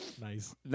Nice